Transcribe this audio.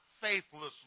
faithlessly